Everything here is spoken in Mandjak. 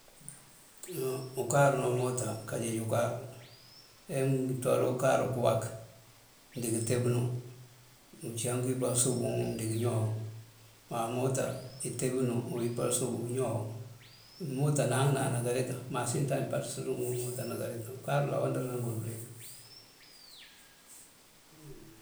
Ukáaru ná umoota kanjeej unkaru. Ajá mënţúwar dí ukáaru këwak, mëndiŋ tee bunú, uncíyank uyipal súubun mëndiŋkë ñow. Má moota intee bunú, iyipal súub këñow. Umoota nám kënam na kareta masin tañ patësun umoota na kareta unkáaru alawandër dí ngël bëliyëng hum.